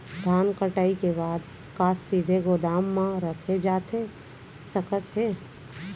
धान कटाई के बाद का सीधे गोदाम मा रखे जाथे सकत हे?